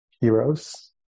heroes